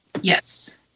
Yes